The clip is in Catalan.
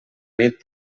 nit